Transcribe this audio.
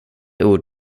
ord